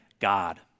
God